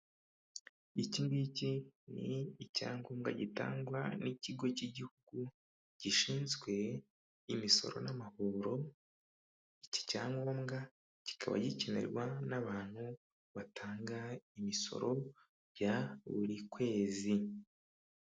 Iki ngiki ni icyangombwa gitangwa n'ikigo cy'igihugu gishinzwe imisoro n'amahoro, iki cyangombwa kikaba gikenerwa n'abantu batanga imisoro ya buri kwezi.